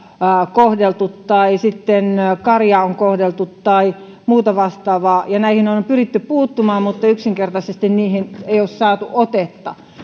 kohdeltu tai sitten karjaa on kohdeltu tai muuta vastaavaa ja näihin on pyritty puuttumaan mutta yksinkertaisesti niihin ei ole saatu otetta